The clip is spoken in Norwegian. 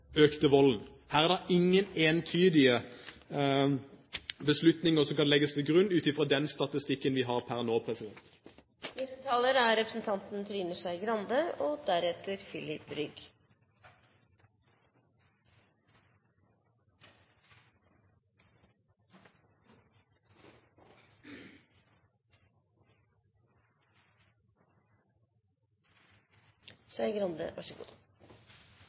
økte volden. Her er det ingen entydige beslutninger som kan legges til grunn ut fra den statistikken vi har per nå. Jeg skal bare kort gjøre rede for Venstres stemmegiving i denne saken. Den henger i og